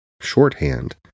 shorthand